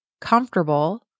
Comfortable